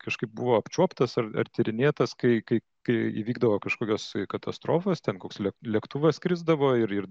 kažkaip buvo apčiuoptas ar ar tyrinėtas kai kai kai įvykdavo kažkokios katastrofos ten koks lėktuvas krisdavo ir ir